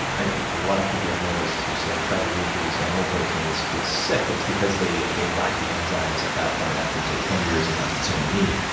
a lot of people i've noticed who try to reintroduce animal proteins feel sick, but it's because they they lack the enzymes, at that point, after say ten years of not consuming meat,